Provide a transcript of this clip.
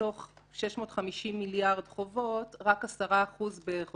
מתוך 650 מיליארד שקל חובות רק 10% בערך